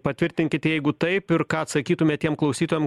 patvirtinkit jeigu taip ir ką atsakytumėt tiem klausytojam